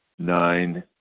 Nine